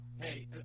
hey